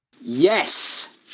yes